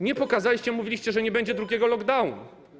Nie pokazaliście, mówiliście, że nie będzie drugiego lockdownu.